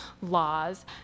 laws